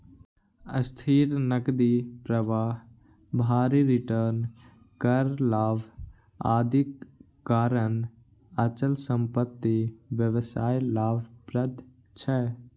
स्थिर नकदी प्रवाह, भारी रिटर्न, कर लाभ, आदिक कारण अचल संपत्ति व्यवसाय लाभप्रद छै